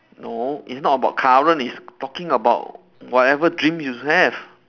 no it's not about current it's talking about whatever dreams you have